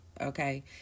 okay